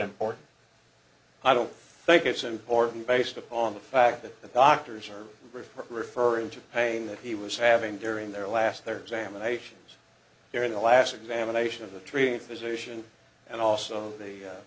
or i don't think it's important based upon the fact that the doctors are referring to the pain that he was having during their last their examinations during the last examination of the treating physician and also the